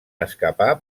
escapar